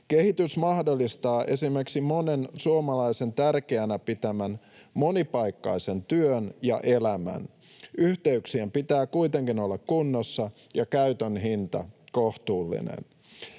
Kehitys mahdollistaa esimerkiksi monen suomalaisen tärkeänä pitämän monipaikkaisen työn ja elämän. Yhteyksien pitää kuitenkin olla kunnossa ja käytön hinnan kohtuullinen.